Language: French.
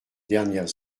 dernières